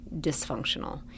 dysfunctional